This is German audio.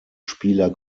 spieler